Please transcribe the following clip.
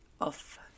off